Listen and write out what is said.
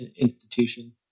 institution